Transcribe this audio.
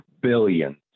billion